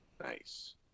Nice